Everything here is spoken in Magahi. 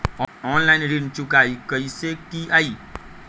ऑनलाइन ऋण चुकाई कईसे की ञाई?